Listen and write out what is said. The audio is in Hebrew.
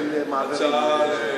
בגין רמקול נייד?